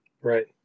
Right